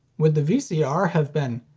would the vcr have been,